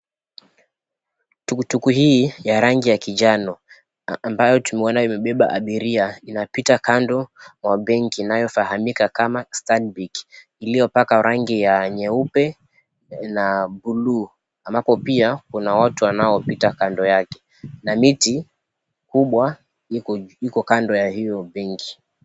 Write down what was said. tukutuku hii ya rangi ya kijano ambayo tumeona imebeba abiria inapita kando mwa benki inayofahamika kama Stanbic ilopakwa rangi ya nyeupe na buluu ambapo pia kuna watu wanaopita kando yake, na miti kubwa iko kando ya hio benki.